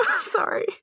Sorry